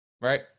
right